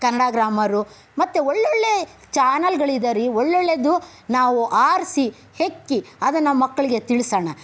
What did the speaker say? Kannada grammar ಮತ್ತೆ ಒಳ್ಳೊಳ್ಳೆ ಚಾನೆಲ್ಗಳಿದೆ ರೀ ಒಳ್ಳೊಳ್ಳೇದು ನಾವು ಆರಿಸಿ ಹೆಕ್ಕಿ ಅದನ್ನು ಮಕ್ಕಳಿಗೆ ತಿಳಿಸೋಣ